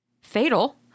fatal